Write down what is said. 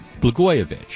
Blagojevich